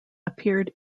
appeared